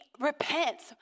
repents